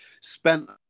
spent